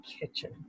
kitchen